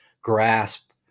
grasp